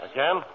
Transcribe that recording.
Again